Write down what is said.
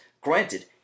granted